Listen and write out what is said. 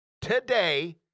today